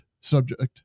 subject